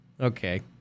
okay